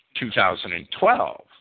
2012